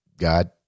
God